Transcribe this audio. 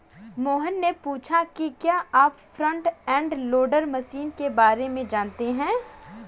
मोहन ने पूछा कि क्या आप फ्रंट एंड लोडर मशीन के बारे में जानते हैं?